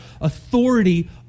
authority